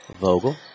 Vogel